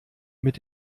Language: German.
mit